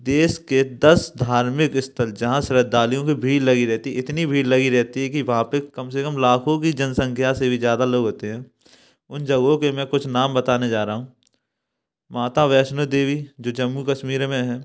देश के दस धार्मिक स्थल जहाँ श्रद्धालुओं की भीड़ लगी रहती है इतनी भीड़ लगी रहती है कि वहाँ पर कम से कम लाखों की जनसंख्या से भी ज़्यादा लोग होते हैं उन जगहों के मैं कुछ नाम बताने जा रहा हूँ माता वैष्णो देवी जो जम्मू कश्मीर में हैं